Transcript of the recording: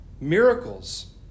Miracles